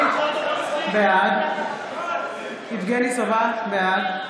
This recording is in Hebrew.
(קוראת בשמות חברי הכנסת)